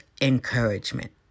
encouragement